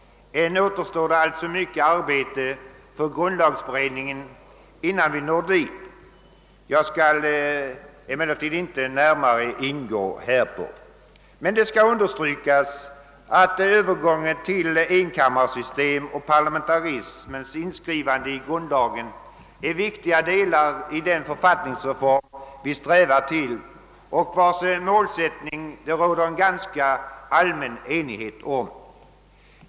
Ännu återstår alltså mycket arbete för grundlagberedningen innan vi når dit; jag skall emellertid inte närmare gå in härpå. Det skall understrykas att övergången till enkammarsystem och parlamentarismens inskrivande i grundlagen är viktiga delar i den författningsreform som vi strävar mot och om vars målsättning det råder en ganska allmän enighet.